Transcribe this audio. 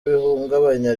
bihungabanya